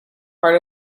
part